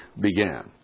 began